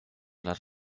les